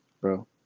Bro